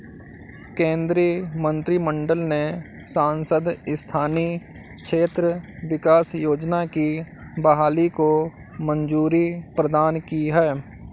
केन्द्रीय मंत्रिमंडल ने सांसद स्थानीय क्षेत्र विकास योजना की बहाली को मंज़ूरी प्रदान की है